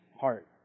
heart